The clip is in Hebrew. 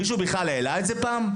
מישהו בכלל העלה את זה פעם?